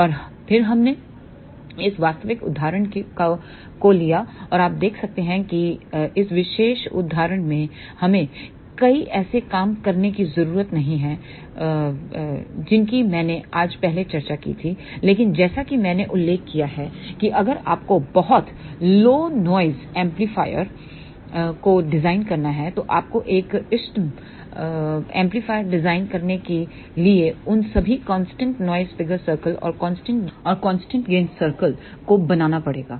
और फिर हमने इस वास्तविक उदाहरण को लिया और आप देख सकते हैं कि इस विशेष उदाहरण में हमें कई ऐसे काम करने की ज़रूरत नहीं है जिनकी मैंने आज पहले चर्चा की थी लेकिन जैसा कि मैंने उल्लेख किया है कि अगर आपको बहुत लो नॉइस एम्पलीफायर को डिजाइन करना है तो आपको एक इष्टतम एम्पलीफायर डिजाइन करने के लिए उन सभी कांस्टेंट नॉइस फिगर सर्कल और कांस्टेंट गेन सर्कल को बनाना पड़ेगा